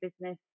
business